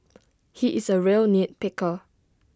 he is A real nit picker